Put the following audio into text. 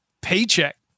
paycheck